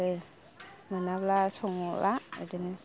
आरो मोनाब्ला संला बिदिनोसै जाबाय